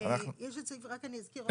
יש את הסעיף רק אני אזכיר אותו,